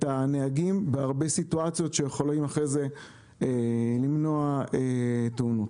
הנהגים בהרבה סיטואציות שהם יכולים אחרי זה למנוע תאונות.